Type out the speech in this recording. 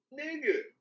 nigga